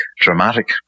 dramatic